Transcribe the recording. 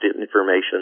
information